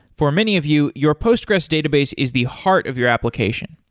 for many of you, your postgressql database is the heart of your application.